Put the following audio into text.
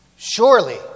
Surely